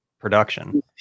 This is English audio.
production